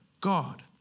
God